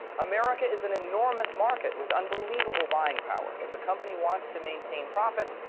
america is an enormous market with unbelievable buying power. if a company wants to maintain profits,